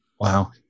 Wow